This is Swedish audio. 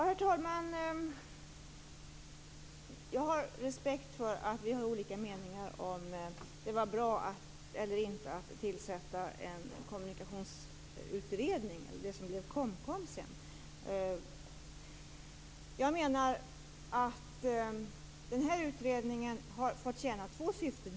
Herr talman! Jag har respekt för att vi har olika meningar om det var bra eller inte att tillsätta en kommunikationsutredning, det som sedan blev KOMKOM. Den här utredningen har fått tjäna två syften.